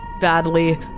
badly